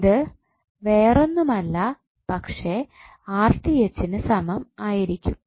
ഇത് വേറെ ഒന്നും ആകില്ല പക്ഷേ നു സമം ആയിരിക്കും